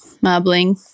marbling